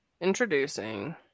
introducing